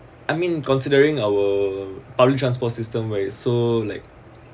I mean considering our public transport system where it so like